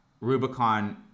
Rubicon